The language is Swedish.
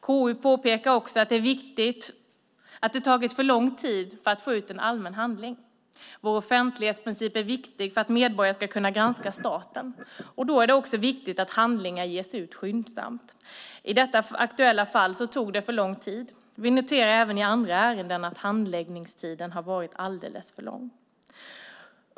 KU påpekar också att det tagit för lång tid att få ut en allmän handling. Vår offentlighetsprincip är viktig för att medborgare ska kunna granska staten, och då är det viktigt att handlingar ges ut skyndsamt. I detta aktuella fall tog det för lång tid. Vi noterar även i andra ärenden att handläggningstiden har varit alldeles för lång.